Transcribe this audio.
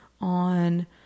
on